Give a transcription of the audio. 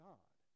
God